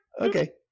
Okay